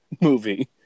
movie